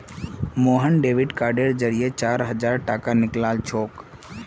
Mohan debit कार्डेर जरिए चार हजार टाका निकलालछोक